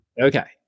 Okay